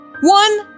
one